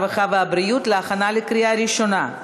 הרווחה והבריאות להכנה לקריאה ראשונה.